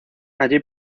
allí